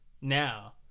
Now